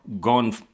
gone